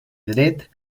dret